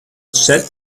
set